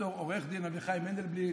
ד"ר עו"ד אביחי מנדלבליט,